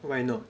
why not